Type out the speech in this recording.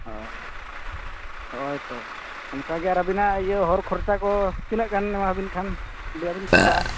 ᱚᱻ ᱦᱚᱭᱛᱚ ᱚᱱᱠᱟᱜᱮ ᱟᱨ ᱟᱹᱵᱤᱱᱟᱜ ᱤᱭᱟᱹ ᱦᱚᱨ ᱠᱷᱚᱨᱪᱟᱠᱚ ᱛᱤᱱᱟᱹᱜ ᱜᱟᱱ ᱮᱢᱟᱵᱮᱱ ᱠᱷᱟᱱᱫᱚᱵᱮᱱ ᱯᱳᱥᱟᱜᱼᱟ